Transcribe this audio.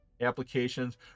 applications